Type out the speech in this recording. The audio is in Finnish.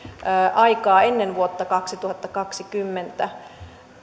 aikaa ennen vuotta kaksituhattakaksikymmentä